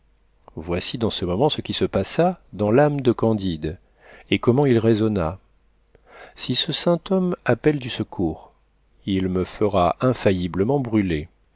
voici dans ce moment ce qui se passa dans l'âme de candide et comment il raisonna si ce saint homme appelle du secours il me fera infailliblement brûler